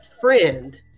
friend